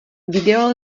video